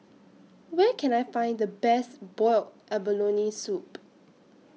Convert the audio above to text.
Where Can I Find The Best boiled abalone Soup